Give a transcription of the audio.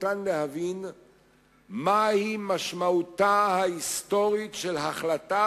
אפשר להבין מהי משמעותה ההיסטורית של החלטה